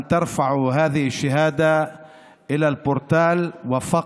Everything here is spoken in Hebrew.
להעלות את התעודה הזאת לפורטל וזהו,